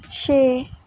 छे